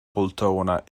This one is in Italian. poltrona